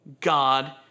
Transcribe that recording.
God